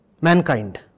mankind